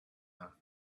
not